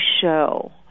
show